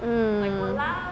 mm